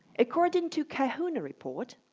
according to kahuna report,